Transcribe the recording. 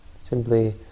simply